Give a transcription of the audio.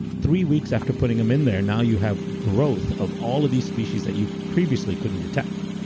three weeks after putting them in there and now you have growth of all of these species that you previously couldn't detect,